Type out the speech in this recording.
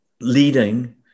leading